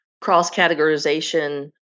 cross-categorization